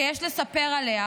שיש לספר עליה,